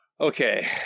Okay